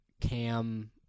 Cam